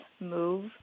move